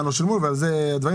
סעיף 3, מה זה מענקי מחקר ופיתוח?